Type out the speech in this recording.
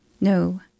No